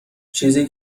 چیزی